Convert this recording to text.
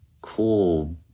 cool